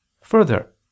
further